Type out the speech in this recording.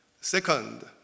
Second